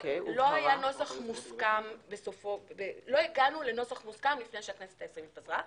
לא הגענו לנוסח מוסכם לפני שהכנסת העשרים התפזרה.